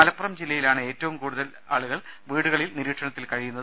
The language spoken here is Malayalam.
മലപ്പുറം ജില്ലയി ലാണ് ഏറ്റവും കൂടുതൽ ആളുകൾ വീടുകളിൽ നിരീക്ഷണത്തിൽ കഴി യുന്നത്